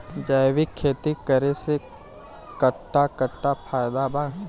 जैविक खेती करे से कट्ठा कट्ठा फायदा बा?